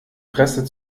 presse